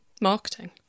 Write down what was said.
marketing